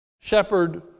shepherd